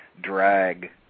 drag